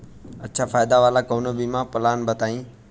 अच्छा फायदा वाला कवनो बीमा पलान बताईं?